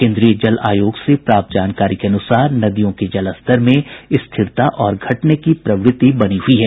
केन्द्रीय जल आयोग से प्राप्त जानकारी के अनुसार नदियों के जलस्तर में स्थिरता और घटने की प्रवृति बनी हई है